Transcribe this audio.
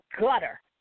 gutter